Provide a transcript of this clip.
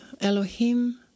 Elohim